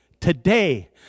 today